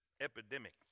epidemic